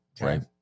right